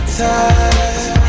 time